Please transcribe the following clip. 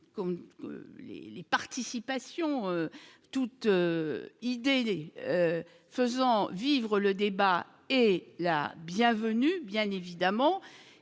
les participations toute idée faisant vivre le débat est la bienvenue, bien évidemment,